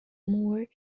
moore